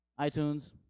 iTunes